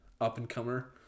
up-and-comer